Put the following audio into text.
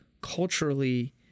culturally